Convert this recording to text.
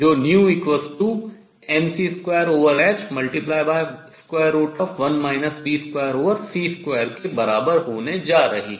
जो mc21 v2c2h के बराबर होने जा रही है